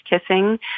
kissing